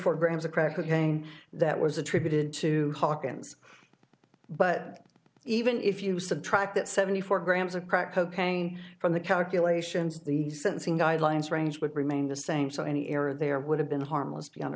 four grams of crack cocaine that was attributed to hawkins but even if you subtract that seventy four grams of crack cocaine from the calculations the sentencing guidelines range would remain the same so any error there would have been harmless beyond